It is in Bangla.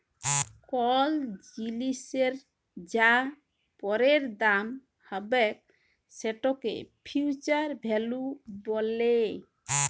কল জিলিসের যা পরের দাম হ্যবেক সেটকে ফিউচার ভ্যালু ব্যলে